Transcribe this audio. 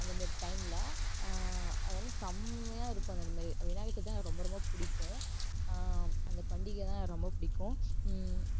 அந்த மாதிரி டைமில் அதெல்லாம் செம்மையா இருக்கும் அந்த மாதிரி விநாயகர் சதுர்த்திதான் எனக்கு ரொம்ப ரொம்ப பிடிக்கும் அந்த பண்டிகைதான் எனக்கு ரொம்ப பிடிக்கும்